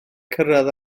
cyrraedd